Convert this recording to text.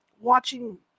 watching